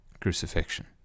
Crucifixion